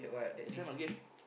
that's why must give